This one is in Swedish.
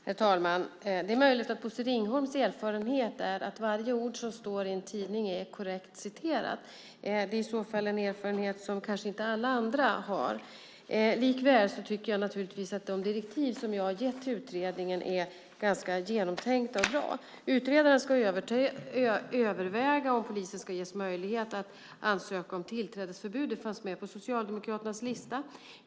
Herr talman! Det är möjligt att Bosse Ringholms erfarenhet är att varje ord i en tidning är korrekt citerat. Det är i så fall en erfarenhet som kanske inte alla andra har. Likväl tycker jag naturligtvis att de direktiv som jag har gett utredningen är ganska genomtänkta och bra. Utredaren ska överväga om polisen ska ges möjlighet att ansöka om det tillträdesförbud som fanns med på Socialdemokraternas lista.